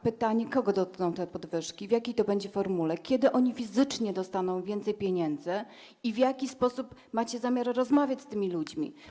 Pytanie: Kogo będą dotyczyć te podwyżki, w jakiej to będzie formule, kiedy oni fizycznie dostaną więcej pieniędzy i w jaki sposób macie zamiar rozmawiać z tymi ludźmi?